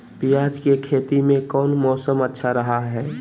प्याज के खेती में कौन मौसम अच्छा रहा हय?